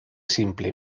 simple